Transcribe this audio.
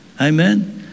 Amen